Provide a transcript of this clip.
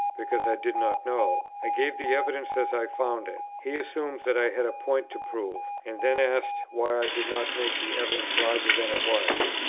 because i did not know i gave the evidence as i found it he assumes that i had a point to prove, and then asks why i did not make the evidence larger than it was.